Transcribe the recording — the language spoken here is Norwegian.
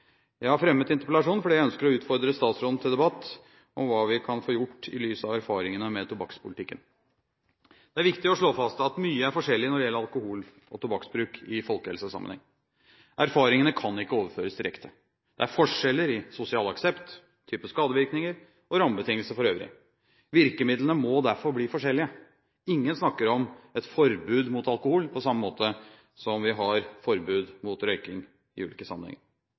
Jeg har fremmet interpellasjonen fordi jeg ønsker å utfordre statsråden til debatt om hva vi kan få gjort i lys av erfaringene med tobakkspolitikken. Det er viktig å slå fast at mye er forskjellig når det gjelder alkohol- og tobakksbruk i folkehelsesammenheng. Erfaringene kan ikke overføres direkte. Det er forskjeller i sosial aksept, type skadevirkninger og rammebetingelser for øvrig. Virkemidlene må derfor bli forskjellige. Ingen snakker om et forbud mot alkohol på samme måte som vi har forbud mot røyking i ulike sammenhenger.